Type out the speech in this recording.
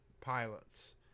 pilots